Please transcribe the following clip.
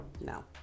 no